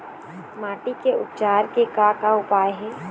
माटी के उपचार के का का उपाय हे?